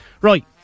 right